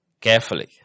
Carefully